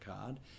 card